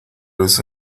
eso